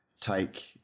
take